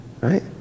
right